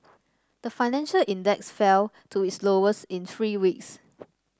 the financial index fell to its lowest in three weeks